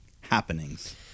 happenings